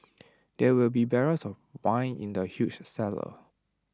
there will be barrels of wine in the huge cellar